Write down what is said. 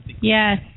Yes